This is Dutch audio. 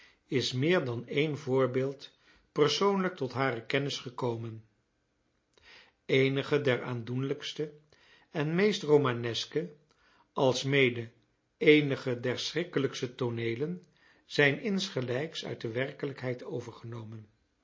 is meer dan één voorbeeld persoonlijk tot hare kennis gekomen eenige der aandoenlijkste en meest romaneske alsmede eenige der schrikkelijkste tooneelen zijn insgelijks uit de werkelijkheid overgenomen